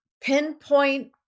pinpoint